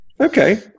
okay